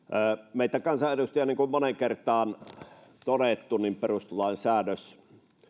meitä kansanedustajia koskee niin kuin on moneen kertaan todettu perustuslain säädös